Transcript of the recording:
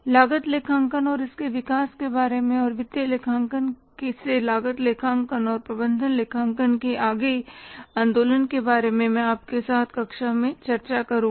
लागत लेखांकन और इसके विकास के बारे में और वित्तीय लेखांकन से लागत लेखांकन और प्रबंधन लेखांकन के आगे आंदोलन के बारे में और मैं आपके साथ कक्षा में चर्चा करुंगा